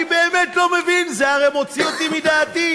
אני באמת לא מבין, זה הרי מוציא אותי מדעתי.